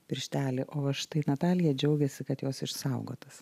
pirštelį o štai natalija džiaugiasi kad jos išsaugotas